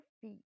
feet